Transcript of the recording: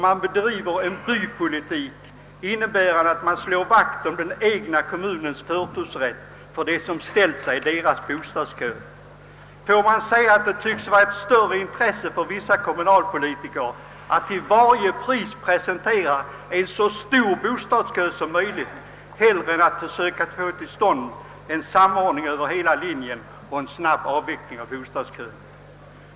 Man bedriver en bypolitik, innebärande att man slår vakt om den egna kommunens förtursrätt för dem som ställt sig i dess bostadskö. Det tycks vara ett större intresse för vissa kommunalpolitiker att till varje pris presentera en så stor bostadskö som möjligt än att försöka få till stånd en samordning över hela linjen och en snabb avveckling av bostadsköerna.